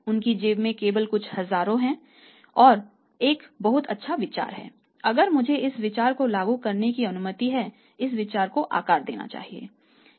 उनकी जेब में केवल कुछ हज़ारों हैं और एक बहुत अच्छा विचार है अगर मुझे इस विचार को लागू करने की अनुमति है इस विचार को आकार दें